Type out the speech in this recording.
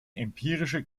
empirische